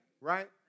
right